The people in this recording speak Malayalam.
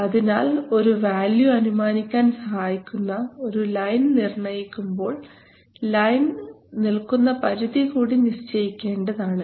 അതിനാൽ ഒരു വാല്യൂ അനുമാനിക്കാൻ സഹായിക്കുന്ന ഒരു ലൈൻ നിർണയിക്കുമ്പോൾ ലൈൻ നിൽക്കുന്ന പരിധി കൂടി നിശ്ചയിക്കേണ്ടത് ആണ്